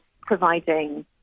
providing